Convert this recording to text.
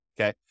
okay